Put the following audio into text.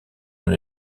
une